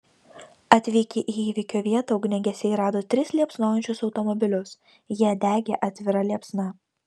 atvykę į įvykio vietą ugniagesiai rado tris liepsnojančius automobilius jie degė atvira liepsna